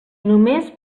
només